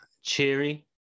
cheery